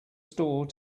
store